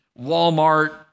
Walmart